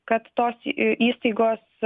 kad tos įstaigos